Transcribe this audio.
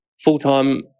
full-time